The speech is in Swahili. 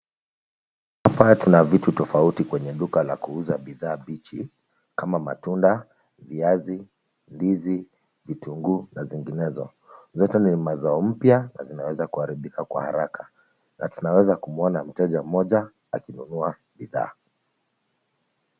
Hapa tuna vitu tofauti kwenye duka kuuza bidhaa mbichi kama matunda, viazi, ndizi, vitunguu na zinginezo. Zote ni mazao mpya na zinaweza kuharibika kwa haraka. Na tunaweza kumuona mteja mmoja akinunua bidhaa.